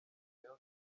rayon